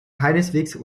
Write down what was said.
keineswegs